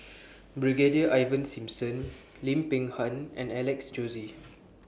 Brigadier Ivan Simson Lim Peng Han and Alex Josey